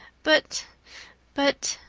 but but,